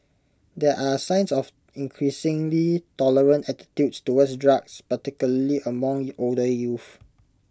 there are signs of increasingly tolerant attitudes towards drugs particularly among older youth